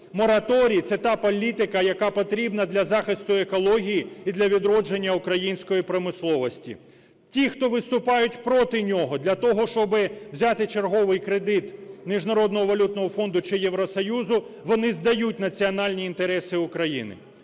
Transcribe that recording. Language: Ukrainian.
Мораторій – це та політика, яка потрібна для захисту екології і для відродження української промисловості. Ті, хто виступають проти нього для того, щоби взяти черговий кредит Міжнародного валютного фонду чи Євросоюзу, вони здають національні інтереси України.